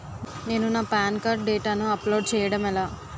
నేను నా PAN card డేటాను అప్లోడ్ చేయడం ఎలా?